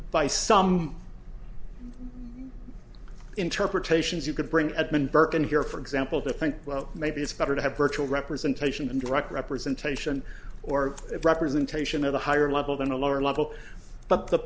by some interpretations you could bring edmund burke in here for example to think well maybe it's better to have virtual representation and direct representation or representation of the higher level than a lower level but the